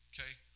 Okay